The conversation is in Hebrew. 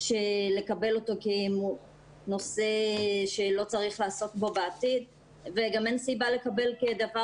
לקבל אותו כנושא שלא צריך לעסוק בו בעתיד וגם אין סיבה לקבל כדבר